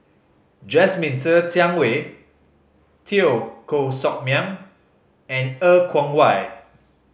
Jasmine Ser Xiang Wei Teo Koh Sock Miang and Er Kwong Wah